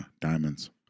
Diamonds